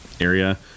area